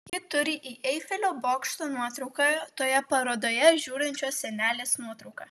ji turi į eifelio bokšto nuotrauką toje parodoje žiūrinčios senelės nuotrauką